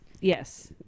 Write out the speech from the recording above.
yes